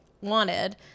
wanted